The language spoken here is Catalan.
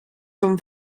són